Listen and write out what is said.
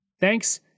Thanks